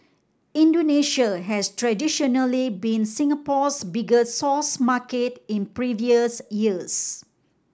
Indonesia has traditionally been Singapore's biggest source market in previous years